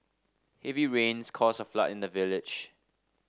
heavy rains caused a flood in the village